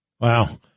Wow